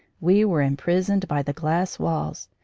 we were imprisoned by the glass walls,